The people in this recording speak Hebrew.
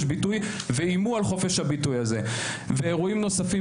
ביטוי ואיימו על חופש הביטוי הזה ואירועים נוספים